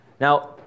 Now